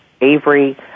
Avery